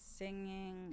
singing